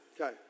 okay